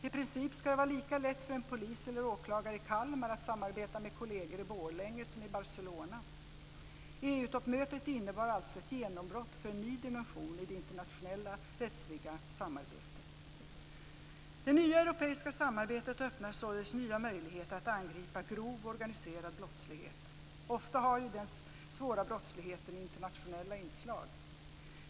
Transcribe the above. I princip ska det vara lika lätt för en polis eller åklagare i Kalmar att samarbeta med kollegor i Borlänge som i Barcelona. EU-toppmötet innebar alltså ett genombrott för en ny dimension i det internationella rättsliga samarbetet. Det nya europeiska samarbetet öppnar således nya möjligheter att angripa grov organiserad brottslighet. Ofta har ju den svåra brottsligheten internationella inslag.